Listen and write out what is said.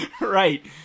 Right